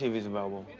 he's available.